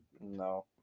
No